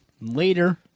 Later